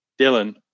Dylan